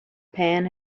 pan